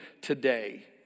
today